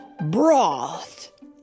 broth